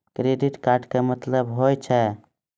Credit card के मतलब होय छै?